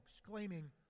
exclaiming